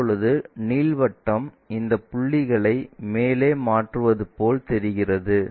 இப்போது நீள்வட்டம் இந்த புள்ளிகளை மேலே மாற்றுவது போல் தெரிகிறது